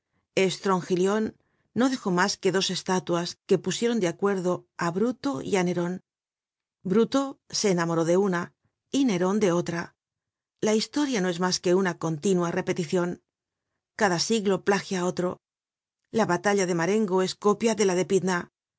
estrongilion no dejó mas que dos estatuas que pusieron de acuerdo á bruto y á neron bruto se enamoró de una y neron de otra la historia no es mas que una continua repeticion cada siglo plagia á otro la batalla de marengo es copia de la de pydna